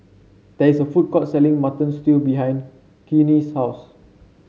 there is a food court selling Mutton Stew behind Queenie's house